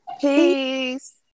Peace